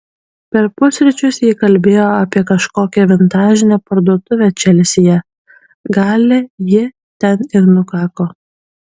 per pusryčius ji kalbėjo apie kažkokią vintažinę parduotuvę čelsyje gali ji ten ir nukako